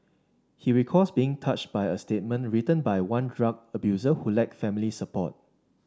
he recalls being touched by a statement written by one drug abuser who lacked family support